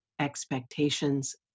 expectations